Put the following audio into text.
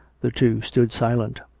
the two stood silent.